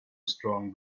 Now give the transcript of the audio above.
strong